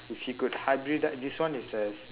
if you could hybridise this one is a s~